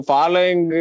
Following